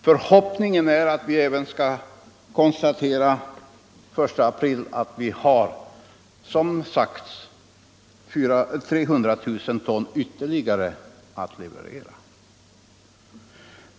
Förhoppningen är också att vi den 1 april skall kunna konstatera att vi har, som det sagts, ytterligare 300 000 ton att leverera.